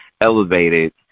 elevated